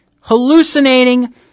hallucinating